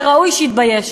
וראוי שיתבייש.